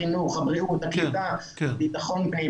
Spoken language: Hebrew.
החינוך, הבריאות, הקליטה, ביטחון פנים.